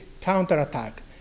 counterattack